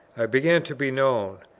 i began to be known.